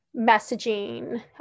messaging